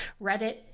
reddit